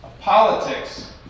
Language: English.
politics